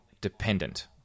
dependent